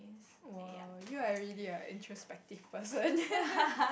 !wow! you are really an introspective person